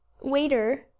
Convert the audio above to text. Waiter